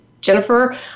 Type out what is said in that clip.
Jennifer